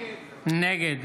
נגד